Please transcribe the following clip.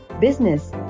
business